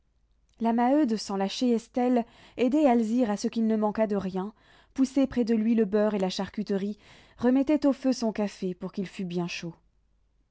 la maheude sans lâcher estelle aidait alzire à ce qu'il ne manquât de rien poussait près de lui le beurre et la charcuterie remettait au feu son café pour qu'il fût bien chaud